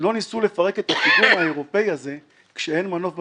לא ניסו לפרק את הפיגום האירופי הזה כשאין מנוף בבניין.